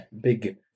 big